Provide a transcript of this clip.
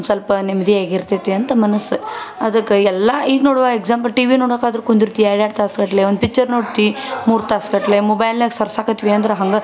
ಒಂದು ಸ್ವಲ್ಪ ನೆಮ್ಮದಿ ಆಗಿರ್ತೇತಿ ಅಂತ ಮನಸ್ಸು ಅದಕ್ಕೆ ಎಲ್ಲ ಈಗ ನೋಡುವ ಎಕ್ಸಾಂಪಲ್ ಟಿವಿ ನೋಡೋಕಾದ್ರು ಕುಂದಿರ್ತಿ ಎರಡು ಎರಡು ತಾಸು ಇರಲಿ ಒಂದು ಪಿಚ್ಚರ್ ನೋಡ್ತಿ ಮೂರು ತಾಸು ಗಟ್ಟಲೆ ಮೊಬೈಲ್ನಾಗ ಸರ್ಸಾಕತ್ವಿ ಅಂದ್ರೆ ಹಂಗ